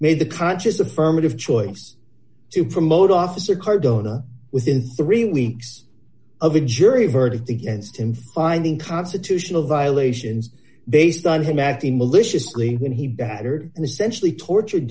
made the conscious affirmative choice to promote officer cardona within three weeks of a jury verdict against him finding constitutional violations they start him acting maliciously when he battered and essentially tortured